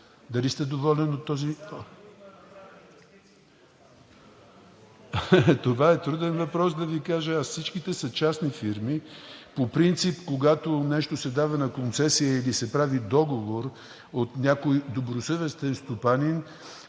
МИНИСТЪР АСЕН ЛИЧЕВ: Това е труден въпрос да Ви кажа аз. Всичките са частни фирми. По принцип, когато нещо се дава на концесия или се прави договор от някой добросъвестен стопанин,